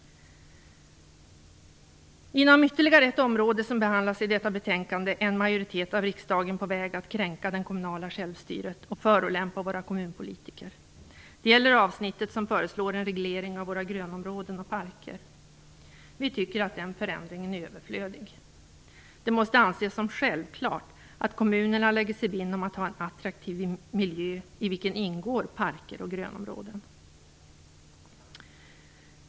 Inom ytterligare ett område som behandlas i detta betänkande är en majoritet av riksdagen på väg att kränka det kommunala självstyret och förolämpa våra kommunpolitiker. Det gäller det avsnitt där det föreslås en reglering av våra grönområden och parker. Vi tycker att den förändringen är överflödig. Det måste anses som självklart att kommunerna lägger sig vinn om att ha en attraktiv miljö i vilken ingår parker och grönområden.